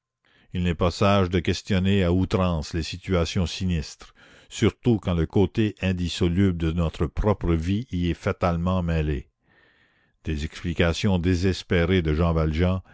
il n'est pas sage de questionner à outrance les situations sinistres surtout quand le côté indissoluble de notre propre vie y est fatalement mêlé des explications désespérées de jean valjean